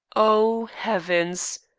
oh, heavens!